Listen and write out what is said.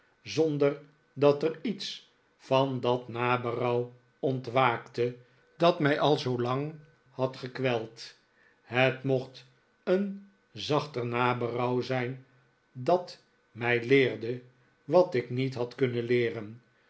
zonder dat er iets van dat naberouw ontwaakte dat mij al zoo lang had gekweld het mocht een zachter naberouw zijn dat mij leerde wat ik niet had kunnen leeren